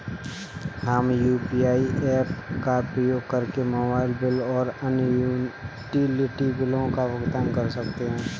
हम UPI apps का उपयोग करके मोबाइल बिल और अन्य यूटिलिटी बिलों का भुगतान कर सकते हैं